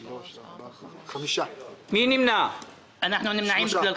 הצבעה בעד 3 נגד 5 נמנעים 3